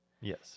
Yes